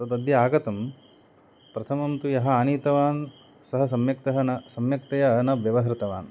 तदद्य आगतं प्रथमं तु यः आनीतवान् सः सम्यक्तया न सम्यक्तया न व्यवहृतवान्